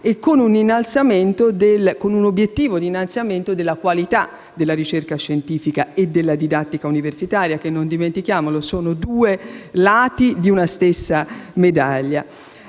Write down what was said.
e con un obiettivo di innalzamento della qualità della ricerca scientifica e della didattica universitaria, che - non dimentichiamolo - sono due lati di una stessa medaglia.